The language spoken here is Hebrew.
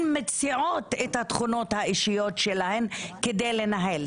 מציעות את התכונות האישיות שלהן כדי לנהל.